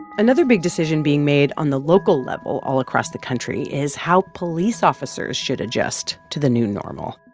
another big decision being made on the local level all across the country is how police officers should adjust to the new normal.